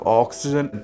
oxygen